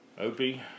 Opie